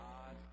God